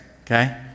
Okay